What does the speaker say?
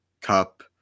Cup